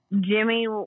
Jimmy